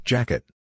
Jacket